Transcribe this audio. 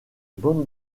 bande